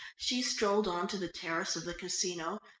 she strolled on to the terrace of the casino,